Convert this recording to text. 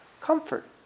comfort